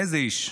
איזה איש.